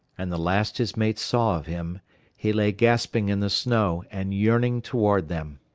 and the last his mates saw of him he lay gasping in the snow and yearning toward them.